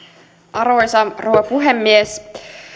arvoisa rouva puhemies